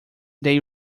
they